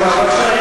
הסתה?